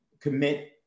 commit